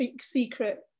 secret